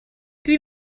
dwi